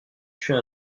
tuer